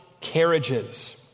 carriages